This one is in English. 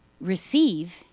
receive